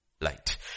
light